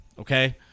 Okay